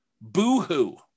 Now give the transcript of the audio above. Boo-hoo